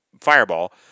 fireball